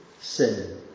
sin